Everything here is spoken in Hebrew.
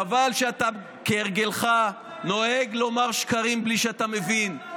חבל שאתה כהרגלך נוהג לומר שקרים בלי שאתה מבין.